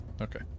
Okay